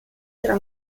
tra